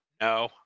no